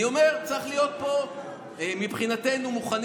אני אומר שאנחנו מבחינתנו צריכים להיות מוכנים